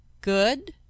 Good